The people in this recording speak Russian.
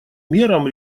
мерам